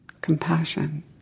compassion